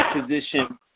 position